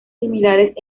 similares